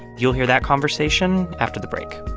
you'll hear that conversation after the break